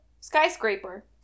Skyscraper